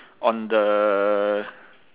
on the